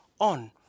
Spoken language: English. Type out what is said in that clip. on